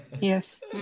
Yes